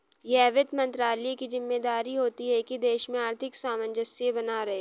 यह वित्त मंत्रालय की ज़िम्मेदारी होती है की देश में आर्थिक सामंजस्य बना रहे